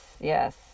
yes